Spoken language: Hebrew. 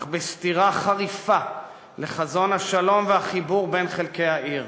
אך בסתירה חריפה לחזון השלום ולחיבור בין חלקי העיר.